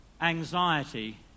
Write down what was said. anxiety